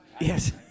Yes